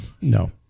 No